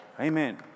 Amen